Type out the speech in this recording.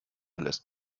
lässt